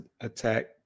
attack